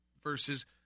versus